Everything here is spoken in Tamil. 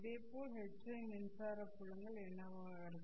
இதே போல் Ht¿ the மின்சார புலங்கள் என்னவாக இருக்கும்